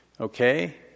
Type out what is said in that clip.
Okay